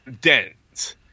dense